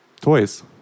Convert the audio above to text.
toys